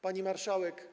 Pani Marszałek!